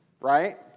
right